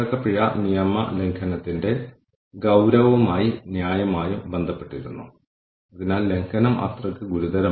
കാലാവധിയും ദീർഘായുസ്സും തൊഴിലാളികളുടെ സ്ഥിരത വർദ്ധിപ്പിക്കുകയോ സംഭാവന ചെയ്യുകയോ ചെയ്യുന്നു